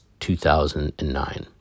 2009